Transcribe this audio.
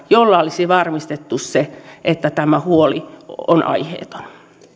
jolla olisi varmistettu se että tämä huoli on aiheeton